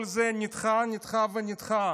כל זה נדחה, נדחה ונדחה,